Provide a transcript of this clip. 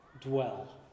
dwell